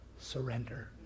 surrender